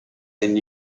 been